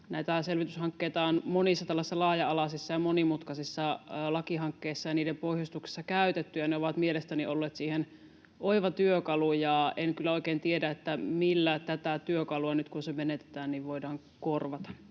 selvityshankkeita on monissa tällaisissa laaja-alaisissa ja monimutkaisissa lakihankkeissa ja niiden pohjustuksessa käytetty, ja ne ovat mielestäni olleet siihen oiva työkalu, ja en kyllä oikein tiedä, millä tätä työkalua nyt, kun se menetetään, voidaan korvata.